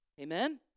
Amen